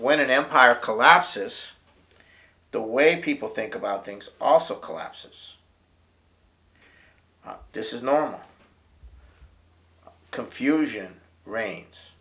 when an empire collapses the way people think about things also collapses this is normal confusion reigns